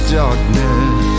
darkness